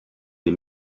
les